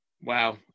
Wow